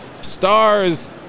Stars